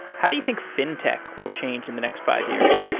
how do you think fintech will change in the next five years?